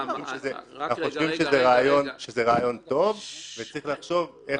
אנחנו חושבים שזה רעיון טוב וצריך לחשוב איך